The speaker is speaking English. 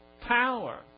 power